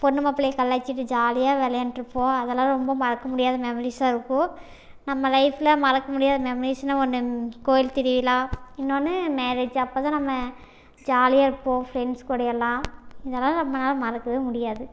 பொண்ணு மாப்பிள்ளைய கலாய்ச்சுட்டு ஜாலியாக விளையாண்டுட்டு இருப்போம் அதெல்லாம் ரொம்ப மறக்க முடியாத மெமரிஸாக இருக்கும் நம்ம லைஃப்பில் மறக்க முடியாத மெமரிஸுனா ஒன்று கோவில் திருவிழா இன்னொன்று மேரேஜ் அப்போ தான் நம்ம ஜாலியாக இருப்போம் ஃபிரண்ட்ஸ் கூட எல்லாம் இதல்லாம் நம்மளால் மறக்கவே முடியாது